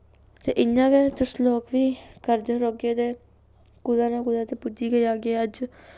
ते इ'यां गै तुस लोग बी करदे रौह्गे ते कुदै ना कुदै ते पुज्जी गै जागे अज्ज